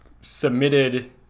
submitted